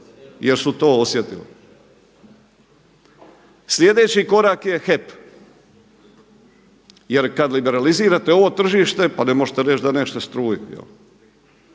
jer su to osjetili. Sljedeći korak je HEP. Jer kad liberalizirate ovo tržište pa ne možete reći da nećete struju?